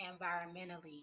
environmentally